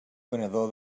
venedor